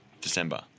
December